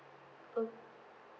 oh